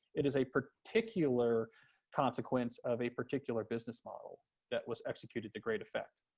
it is a particular consequence of a particular business model that was executed to great effect.